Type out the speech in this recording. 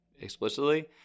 explicitly